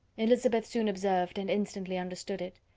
elizabeth soon observed, and instantly understood it.